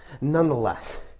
Nonetheless